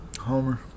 Homer